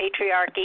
patriarchy